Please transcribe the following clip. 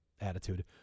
attitude